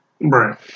Right